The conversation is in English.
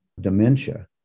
dementia